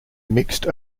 mixed